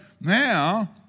now